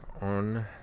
on